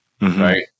right